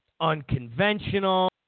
unconventional